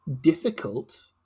difficult